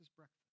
breakfast